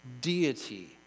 deity